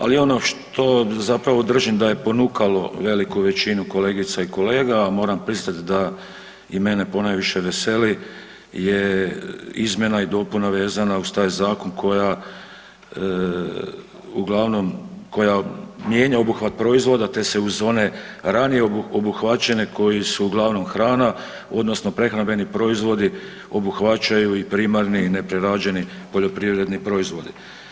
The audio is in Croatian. Ali ono što zapravo držim da je ponukalo veliku većinu kolegica i kolega, a moram priznat da i mene ponajviše veseli je izmjena i dopuna vezana uz taj zakon koja, uglavnom koja mijenja obuhvat proizvoda, te se uz one ranije obuhvaćene koji su uglavnom hrana odnosno prehrambeni proizvodi obuhvaćaju i primarni i neprerađeni poljoprivredni proizvodi.